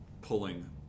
Pulling